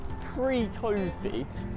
pre-COVID